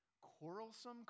Quarrelsome